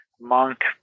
monk